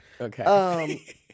Okay